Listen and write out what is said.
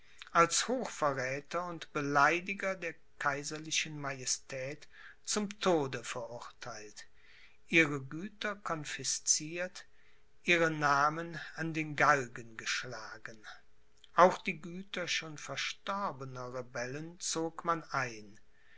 als hochverräther und beleidiger der kaiserlichen majestät zum tode verurtheilt ihre güter confisciert ihre namen an den galgen geschlagen auch die güter schon verstorbener rebellen zog man ein